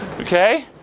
Okay